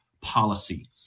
policy